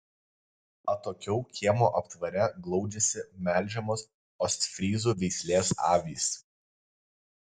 atokiau kiemo aptvare glaudžiasi melžiamos ostfryzų veislės avys